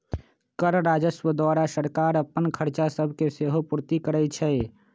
कर राजस्व द्वारा सरकार अप्पन खरचा सभके सेहो पूरति करै छै